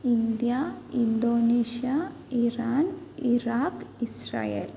India Indonesia Iran Iraq Israel